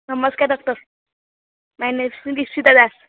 ନମସ୍କାର doctor my name is Ishita Das